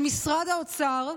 המשפטי של משרד האוצר,